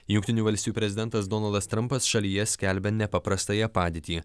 jungtinių valstijų prezidentas donaldas trampas šalyje skelbia nepaprastąją padėtį